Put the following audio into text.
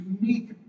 unique